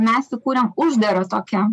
mes įkūrėm uždarą tokią